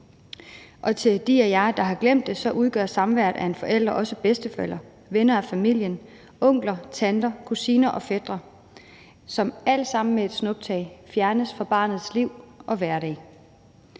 Og til de af jer, der har glemt det, vil jeg sige, at samværet med en forælder også udgøres af samværet med bedsteforældre, venner af familien, onkler, tanter, kusiner og fætre, som alle sammen med et snuptag fjernes fra barnets liv og hverdag.